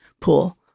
pool